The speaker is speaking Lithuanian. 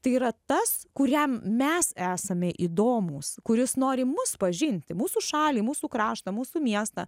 tai yra tas kuriam mes esame įdomūs kuris nori mus pažinti mūsų šalį mūsų kraštą mūsų miestą